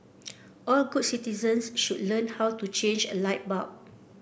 all good citizens should learn how to change a light bulb